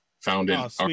founded